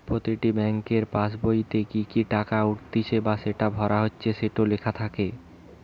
প্রতিটি বেংকের পাসবোইতে কি কি টাকা উঠতিছে বা ভরা হচ্ছে সেটো লেখা থাকে